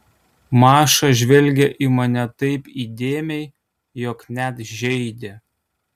maša žvelgė į mane taip įdėmiai jog net žeidė